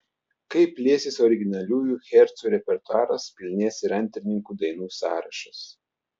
kai plėsis originaliųjų hercų repertuaras pilnės ir antrininkų dainų sąrašas